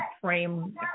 frame